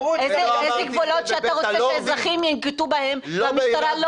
איזה גבולות שאתה רוצה שאזרחים ינקטו בהם והמשטרה לא?